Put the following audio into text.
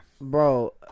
bro